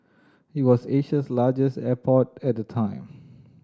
it was Asia's largest airport at the time